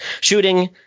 shooting